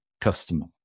customer